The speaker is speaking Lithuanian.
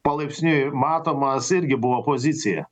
palaipsniui matomas irgi buvo pozicija